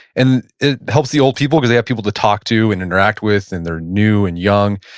and it helps the old people because they have people to talk to and interact with, and they're new and young.